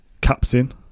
captain